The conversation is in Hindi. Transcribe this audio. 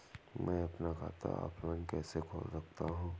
मैं अपना खाता ऑफलाइन कैसे खोल सकता हूँ?